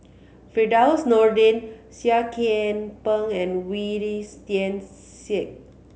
Firdaus Nordin Seah Kian Peng and Wee Tian Siak